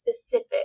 specific